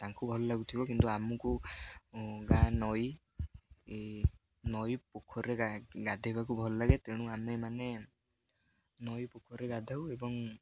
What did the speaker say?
ତାଙ୍କୁ ଭଲ ଲାଗୁଥିବ କିନ୍ତୁ ଆମକୁ ଗାଁ ନଈ ନଈ ପୋଖରୀରେ ଗାଧେଇବାକୁ ଭଲଲାଗେ ତେଣୁ ଆମେ ଏମାନେ ନଈ ପୋଖରୀରେ ଗାଧାଉ ଏବଂ